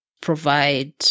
provide